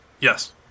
Yes